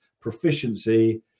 proficiency